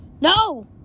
No